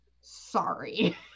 sorry